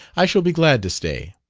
i shall be glad to stay.